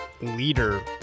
leader